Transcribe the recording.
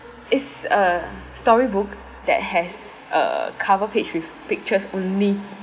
is a storybook that has a cover page with pictures only